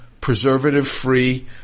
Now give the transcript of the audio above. preservative-free